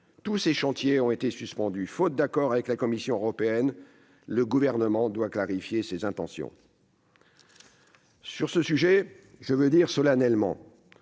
tous ces chantiers ont été suspendus, faute d'accord avec la Commission européenne. Le Gouvernement doit clarifier ses intentions ! Sur ce sujet, je veux dire solennellement